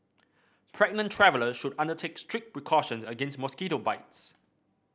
pregnant travellers should undertake strict precautions against mosquito bites